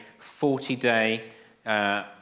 40-day